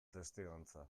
testigantza